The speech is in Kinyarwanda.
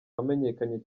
wamenyekanye